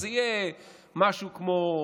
ואז יהיה משהו כמו,